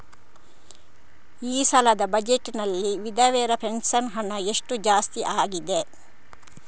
ಈ ಸಲದ ಬಜೆಟ್ ನಲ್ಲಿ ವಿಧವೆರ ಪೆನ್ಷನ್ ಹಣ ಎಷ್ಟು ಜಾಸ್ತಿ ಆಗಿದೆ?